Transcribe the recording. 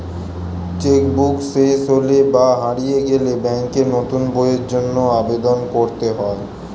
check book শেষ হলে বা হারিয়ে গেলে ব্যাঙ্কে নতুন বইয়ের জন্য আবেদন করতে হয়